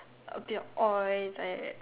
a bit of oil like that